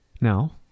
Now